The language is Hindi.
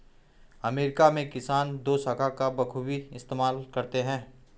अमेरिका में किसान दोशाखा का बखूबी इस्तेमाल करते हैं